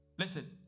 listen